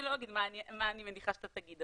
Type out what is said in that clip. אני לא אגיד מה אני מניחה שאתה תגיד,